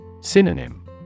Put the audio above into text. Synonym